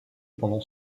pendant